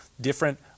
different